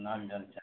बाजऽ ढङ्ग सऽ